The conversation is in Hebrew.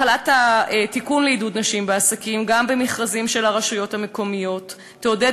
החלת התיקון לעידוד נשים בעסקים גם על מכרזים של הרשויות המקומיות תעודד